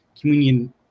communion